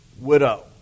widow